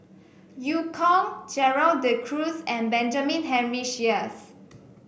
Eu Kong Gerald De Cruz and Benjamin Henry Sheares